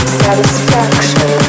satisfaction